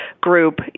group